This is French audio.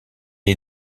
est